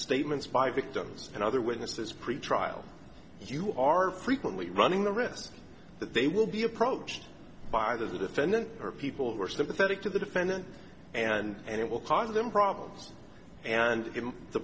statements by victims and other witnesses pretrial as you are frequently running the risk that they will be approached by either the defendant or people who are sympathetic to the defendant and it will cause them problems and the